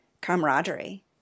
camaraderie